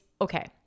okay